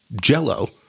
Jell-O